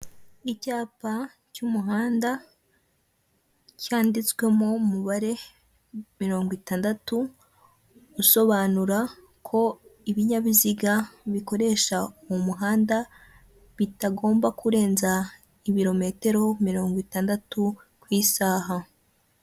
Icyapa cy'umuhanda cyanditswemo umubare mirongo itandatu usobanura ko ibinyabiziga bikoresha uwo muhanda bitagomba kurenza ibirometero mirongo itandatu ku isaha.